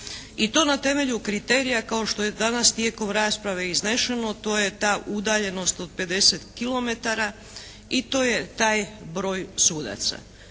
i to na temelju kriterija kao što je danas tijekom rasprave iznešeno, to je ta udaljenost od 50 kilometara i to je taj broj sudaca.